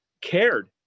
cared